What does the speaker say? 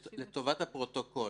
לטובת הפרוטוקול,